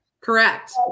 correct